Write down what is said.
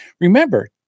Remember